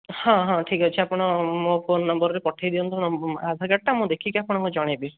ହଁ ହଁ ଠିକ୍ ଅଛି ଆପଣ ମୋ ଫୋନ୍ ନମ୍ବର୍ରେ ପଠାଇ ଦିଅନ୍ତୁ ଆଧାର କାର୍ଡ଼ଟା ମୁଁ ଦେଖିକି ଆପଣଙ୍କୁ ଜଣାଇବି